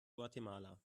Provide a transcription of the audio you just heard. guatemala